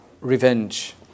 revenge